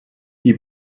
die